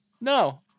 No